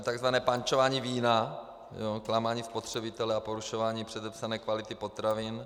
Takzvané pančování vína, klamání spotřebitele a porušování předepsané kvality potravin.